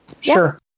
Sure